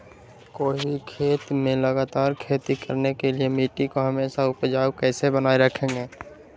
कोई भी खेत में लगातार खेती करने के लिए मिट्टी को हमेसा उपजाऊ कैसे बनाय रखेंगे?